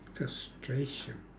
frustration